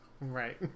Right